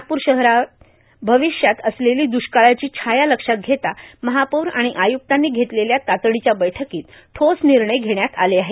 नागप्र शहरावर भविष्यात असलेली दुष्काळाची छाया लक्षात घेता महापौर आणि आयुक्तांनी घेतलेल्या तातडीच्या बैठकीत ठोस निर्णय घेण्यात आले आहेत